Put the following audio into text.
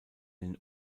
den